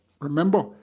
Remember